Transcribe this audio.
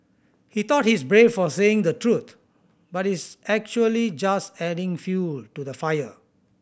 he thought he's brave for saying the truth but he's actually just adding fuel to the fire